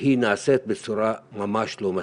היא נעשית בצורה ממש לא מספקת.